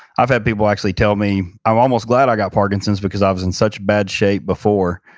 i've had people actually tell me, i'm almost glad i got parkinson's, because i was in such bad shape before.